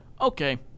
okay